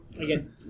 Again